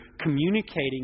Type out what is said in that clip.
communicating